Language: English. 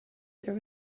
there